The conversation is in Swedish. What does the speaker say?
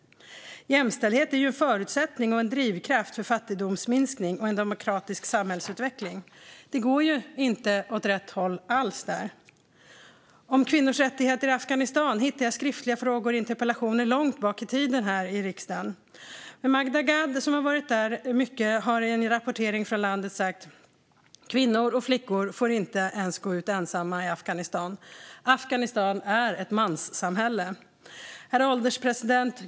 Jämställdhet är ju en förutsättning och en drivkraft för fattigdomsminskning och en demokratisk samhällsutveckling. Det går inte alls åt rätt håll där. Om kvinnors rättigheter i Afghanistan hittar jag skriftliga frågor och interpellationer sedan långt bakåt i tiden här i riksdagen. Magda Gad, som har varit mycket i Afghanistan, har i en rapportering från landet sagt: Kvinnor och flickor får inte ens gå ut ensamma i Afghanistan. Afghanistan är ett manssamhälle. Herr ålderspresident!